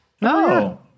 No